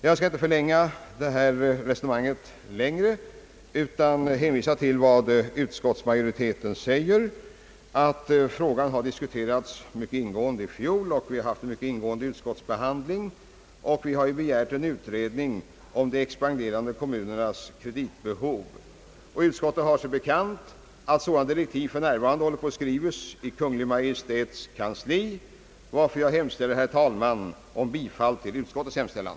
Jag skall inte förlänga debatten yt terligare utan hänvisar till vad utskottsmajoriteten framhåller nämligen att frågan diskuterades ordentligt i fjol, att vi har i år haft en mycket ingående utskottsbehandling och att riksdagen begärt en utredning om de expanderande kommunernas behov vilket vi betraktar som ett speciellt problem under senare år. Utskottet har sig även bekant att man för närvarande håller på att i Kungl. Maj:ts kansli förbereda direktiv för en sådan utredning. Därför yrkar jag, herr talman, bifall till utskottets hemställan.